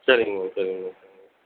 சரிங்க மேம் சரிங்க மேம் சரிங்க மேம்